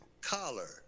collar